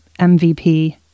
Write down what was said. MVP